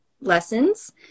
lessons